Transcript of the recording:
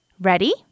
Ready